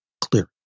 clear